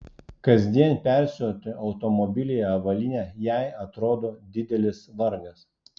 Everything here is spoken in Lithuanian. kasdien persiauti automobilyje avalynę jei atrodo didelis vargas